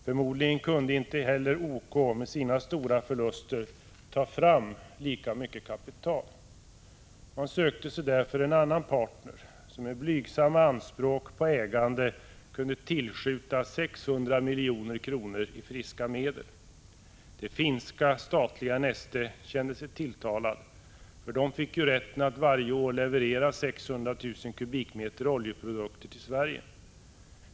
Förmodligen kunde inte heller OK med sina stora förluster ta fram så mycket kapital. Man sökte sig därför till en annan partner, som med blygsamma anspråk på ägande kunde tillskjuta 600 milj.kr. i friska medel. Det finska statliga Neste kände sig tilltalat härav, för det fick rätten att varje år leverera 600 000 m? oljeprodukter till Sverige.